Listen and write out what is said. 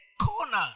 corner